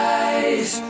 eyes